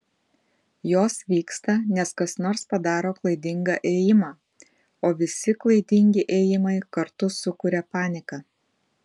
jos vyksta nes kas nors padaro klaidingą ėjimą o visi klaidingi ėjimai kartu sukuria paniką